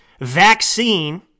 vaccine